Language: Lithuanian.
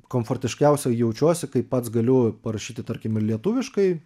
komfortiškiausiai jaučiuosi kaip pats galiu parašyti tarkim lietuviškai